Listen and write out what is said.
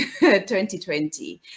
2020